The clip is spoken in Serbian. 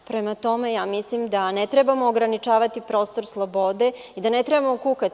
Prema tome, mislim da ne trebamo ograničavati prostor slobode i da ne trebamo kukati.